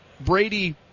Brady